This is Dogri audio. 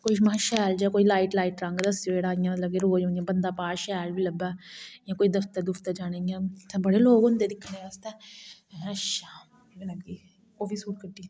कुछ में है लाइट जेहा शैल शैल लाइट जेहा रंग दस्सेओ जेहड़ा इयां रोज इयां बंदा पाए शैल बी लब्भै इयां कोई दफ्तर दुफ्तर जाने गी इयां बडे़ लोक होंदे में है अच्छा ओह बी सूट कड्ढी दित्ता